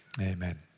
amen